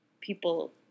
people